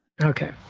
Okay